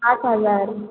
पाच हजार